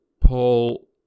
Paul